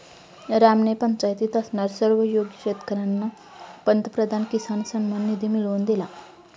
रामने पंचायतीत असणाऱ्या सर्व योग्य शेतकर्यांना पंतप्रधान किसान सन्मान निधी मिळवून दिला